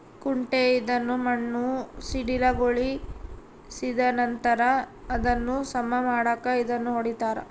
ಕುಂಟೆ ಇದನ್ನು ಮಣ್ಣು ಸಡಿಲಗೊಳಿಸಿದನಂತರ ಅದನ್ನು ಸಮ ಮಾಡಾಕ ಇದನ್ನು ಹೊಡಿತಾರ